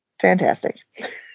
Fantastic